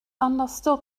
understood